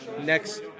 next